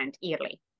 yearly